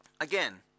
again